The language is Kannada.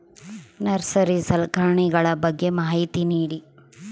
ನರ್ಸರಿ ಸಲಕರಣೆಗಳ ಬಗ್ಗೆ ಮಾಹಿತಿ ನೇಡಿ?